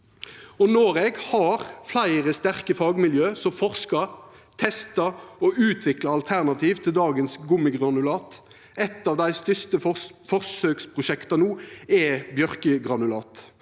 Noreg har fleire sterke fagmiljø som forskar, testar og utviklar alternativ til dagens gummigranulat. Eit av dei største forsøksprosjekta no er bjørkegranulat,